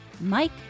Mike